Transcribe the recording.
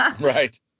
Right